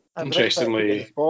Interestingly